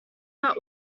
but